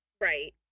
Right